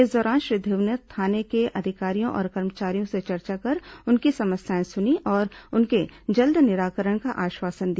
इस दौरान श्री ध्रुव ने थाने के अधिकारियों और कर्मचारियों से चर्चा कर उनकी समस्याएं सुनी और उनके जल्द निराकरण का आश्वासन दिया